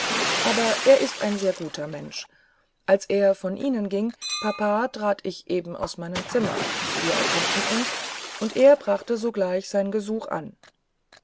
aber er ist ein sehr guter mensch als er von ihnen ging papa trat ich eben aus meinem zimmer wir erkannten uns und er brachte sogleich sein gesuch an